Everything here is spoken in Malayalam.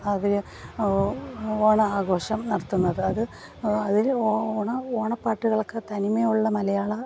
അവർ ഓണാഘോഷം നടത്തുന്നത് അത് അതിൽ ഓണ ഓണപ്പാട്ടുകളൊക്കെ തനിമയുള്ള മലയാള